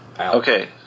Okay